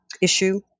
issue